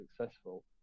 successful